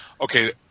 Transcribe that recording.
okay